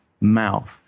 mouth